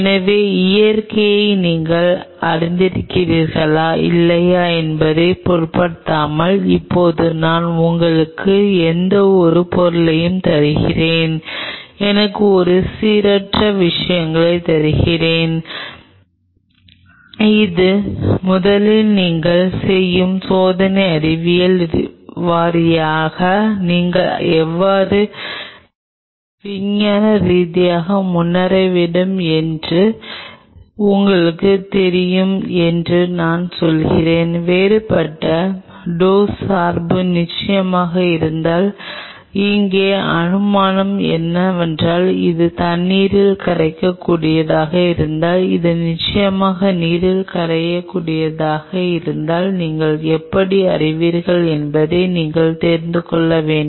எனவே இயற்கையை நீங்கள் அறிந்திருக்கிறீர்களா இல்லையா என்பதைப் பொருட்படுத்தாமல் இப்போது நான் உங்களுக்கு எந்தவொரு பொருளையும் தருகிறேன் எனக்கு ஒரு சீரற்ற விஷயங்களைத் தருகிறேன் இது முதலில் நீங்கள் செய்யும் சோதனை அறிவியல் வாரியாக நீங்கள் எவ்வாறு விஞ்ஞானரீதியாக முன்னேற வேண்டும் என்று உங்களுக்குத் தெரியும் என்று நான் சொல்கிறேன் வேறுபட்ட டோஸ் சார்பு நிச்சயமாக இருந்தால் இங்கே அனுமானம் என்னவென்றால் அது தண்ணீரில் கரையக்கூடியதாக இருந்தால் அது நிச்சயமாக நீரில் கரையாததாக இருந்தால் நீங்கள் எப்படி அறிவீர்கள் என்பதை நீங்கள் தெரிந்து கொள்ள வேண்டும்